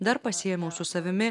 dar pasiėmiau su savimi